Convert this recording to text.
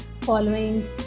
following